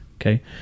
okay